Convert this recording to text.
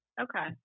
Okay